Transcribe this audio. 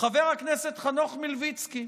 חבר הכנסת חנוך מלביצקי